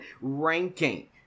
ranking